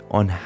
on